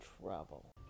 Trouble